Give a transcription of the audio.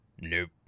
Nope